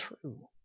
true